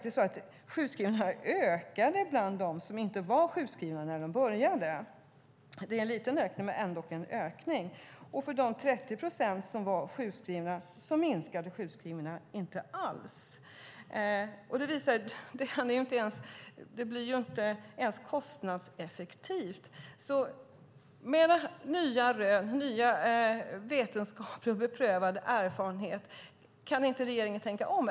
Sjukskrivningarna ökade faktiskt bland dem som inte var sjukskrivna när de började. Det är en liten ökning men ändå en ökning. För de 30 procent som var sjukskrivna minskade sjukskrivningarna inte alls. Det blir inte ens kostnadseffektivt. Kan inte regeringen med ny vetenskap och beprövad erfarenhet tänka om?